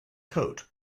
coat